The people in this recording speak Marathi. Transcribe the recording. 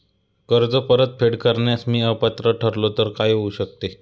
कर्ज परतफेड करण्यास मी अपात्र ठरलो तर काय होऊ शकते?